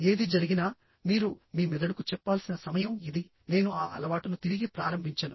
ఏది జరిగినా మీరు మీ మెదడుకు చెప్పాల్సిన సమయం ఇది నేను ఆ అలవాటును తిరిగి ప్రారంభించను